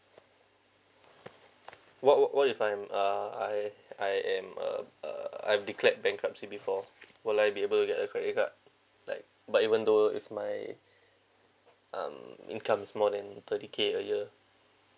what what what if I'm ah I I'm a uh I am declared bankruptcy before will I be able get a credit card like but even though if my um incomes are more than thirty K a year